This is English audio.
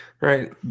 right